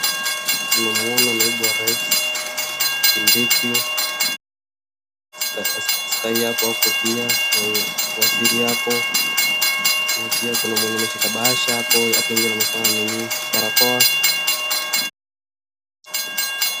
Namwona naibu wa rais, Kindiki, ask..askari hapo hapo pia amewasili hapo. Na pia kuna mwenye ameshika bahasha hapo hapo nje na amevaa nini, barakoa.